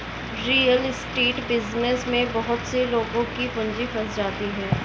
real estate business में बहुत से लोगों की पूंजी फंस जाती है